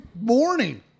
morning